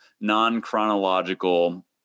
non-chronological